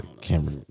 camera